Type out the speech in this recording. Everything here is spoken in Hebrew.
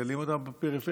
מגדלים אותם בפריפריה.